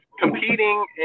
competing